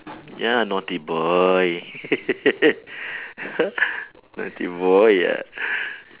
ya naughty boy naughty boy ah